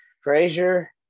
frazier